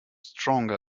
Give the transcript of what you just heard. stronger